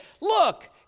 look